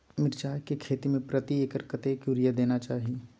मिर्चाय के खेती में प्रति एकर कतेक यूरिया देना चाही?